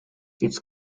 its